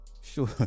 Sure